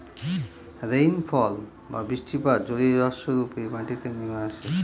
rainfall বা বৃষ্টিপাত জলীয়বাষ্প রূপে মাটিতে নেমে আসে